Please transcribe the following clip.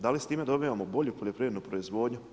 Da li s time dobivamo bolju poljoprivrednu proizvodnju?